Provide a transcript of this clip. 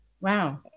wow